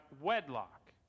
wedlock